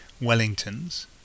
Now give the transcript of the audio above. Wellingtons